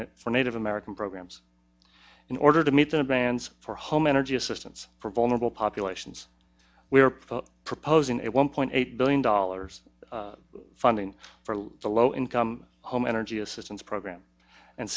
it for native american programs in order to meet the demands for home energy assistance for vulnerable populations we are proposing a one point eight billion dollars funding for the low income home energy assistance program and